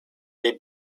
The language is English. they